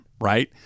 Right